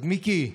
מיקי,